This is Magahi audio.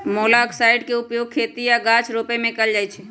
मोलॉक्साइड्स के उपयोग खेती आऽ गाछ रोपे में कएल जाइ छइ